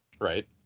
Right